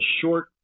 short